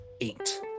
eight